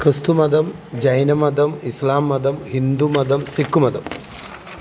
ക്രിസ്തുമതം ജൈനമതം ഇസ്ലാംമതം ഹിന്ദുമതം സിക്ക് മതം